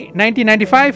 1995